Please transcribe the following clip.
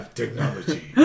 technology